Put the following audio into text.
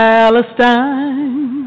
Palestine